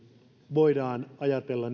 voidaan ajatella